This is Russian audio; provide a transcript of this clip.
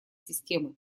системы